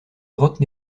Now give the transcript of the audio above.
grotte